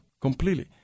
completely